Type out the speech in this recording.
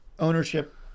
Ownership